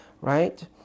right